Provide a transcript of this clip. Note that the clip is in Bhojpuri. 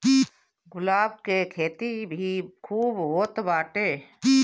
गुलाब के खेती भी खूब होत बाटे